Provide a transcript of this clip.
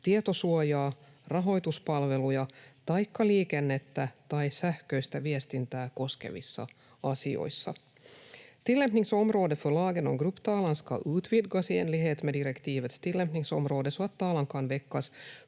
tietosuojaa, rahoituspalveluja taikka liikennettä tai sähköistä viestintää koskevissa asioissa. Tillämpningsområdet för lagen om grupptalan ska utvidgas i enlighet med direktivets tillämpningsområde så att talan kan väckas